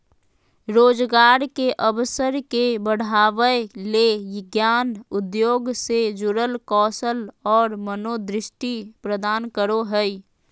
रोजगार के अवसर के बढ़ावय ले ज्ञान उद्योग से जुड़ल कौशल और मनोदृष्टि प्रदान करो हइ